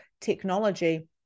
technology